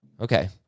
Okay